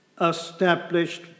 established